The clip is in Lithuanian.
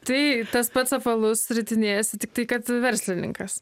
tai tas pats apvalus ritinėjasi tiktai kad verslininkas